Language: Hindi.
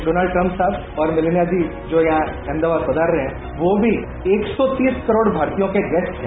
डोनाल्ड ट्रम्प साहब और मेलानिया जी जो यहां अहमदाबाद पधार रहे हैं वो भी एक सौ तीस करोड़ भारतीयों के गेस्ट हैं